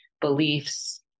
beliefs